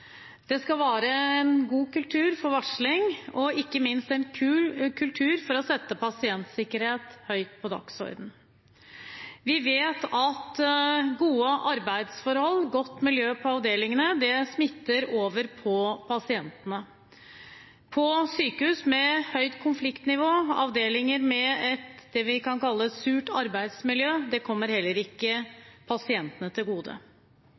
Det skal være en god kultur for varsling og, ikke minst, en kultur for å sette pasientsikkerhet høyt på dagsordenen. Vi vet at gode arbeidsforhold og godt miljø på avdelingene smitter over på pasientene. Sykehus med høyt konfliktnivå – avdelinger med det vi kan kalle et surt arbeidsmiljø – kommer heller ikke pasientene til gode.